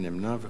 מי נמנע?